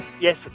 Yes